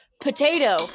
potato